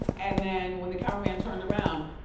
and then when the cameraman and turned around,